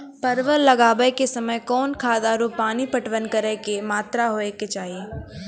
परवल लगाबै के समय कौन खाद आरु पानी पटवन करै के कि मात्रा होय केचाही?